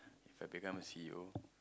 If I become a C_E_O